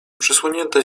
przysłonięte